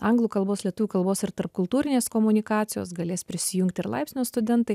anglų kalbos lietuvių kalbos ir tarpkultūrinės komunikacijos galės prisijungti ir laipsnio studentai